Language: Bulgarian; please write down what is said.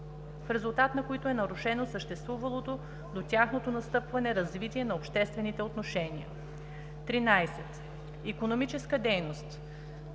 в резултат на които е нарушено съществувалото до тяхното настъпване развитие на обществените отношения. 13. „Икономическа дейност“